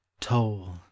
Toll